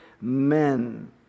men